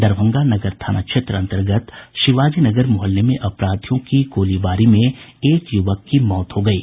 दरभंगा नगर थाना क्षेत्र अंतर्गत शिवाजी नगर मुहल्ले में अपराधियों की गोलीबारी में एक युवक की मौत हो गयी